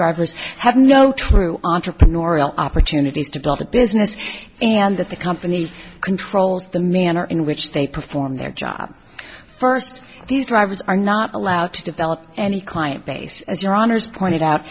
drivers have no true entrepreneurial opportunities to build a business and that the company controls the manner in which they perform their job first these drivers are not allowed to develop any client base as your honour's pointed out